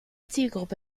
zielgruppe